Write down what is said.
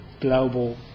global